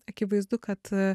akivaizdu kad